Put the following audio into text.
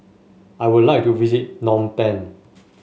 I would like to visit Phnom Penh